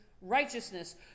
righteousness